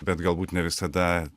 bet galbūt ne visada